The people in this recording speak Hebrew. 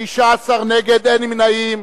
16 נגד, אין נמנעים.